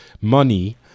money